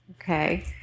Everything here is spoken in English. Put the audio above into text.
Okay